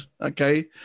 Okay